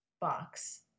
box